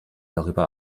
darüber